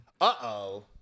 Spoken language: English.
Uh-oh